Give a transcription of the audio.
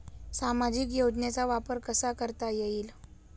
सामाजिक योजनेचा वापर कसा करता येईल?